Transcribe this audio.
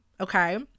Okay